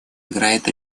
играет